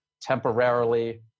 temporarily